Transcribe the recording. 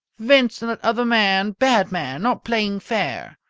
vincent, that other man bad man not playing fair.